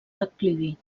declivi